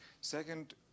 Second